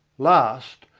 last,